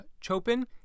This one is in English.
Chopin